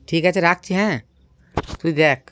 ঠিক আছে রাখছি হ্যাঁ তুই দেখ